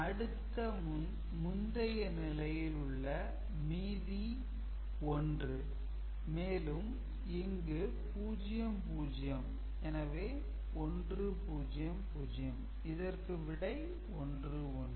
அடுத்து முந்தைய நிலையில் உள்ள மீதி 1 மேலும் இங்கு 0 0 எனவே 1 0 0 இதற்கு விடை 1 1